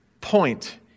point